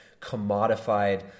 commodified